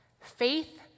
faith